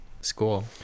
school